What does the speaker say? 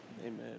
Amen